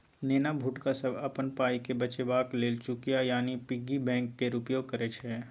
नेना भुटका सब अपन पाइकेँ बचेबाक लेल चुकिया यानी पिग्गी बैंक केर प्रयोग करय छै